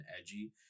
edgy